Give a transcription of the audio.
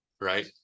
right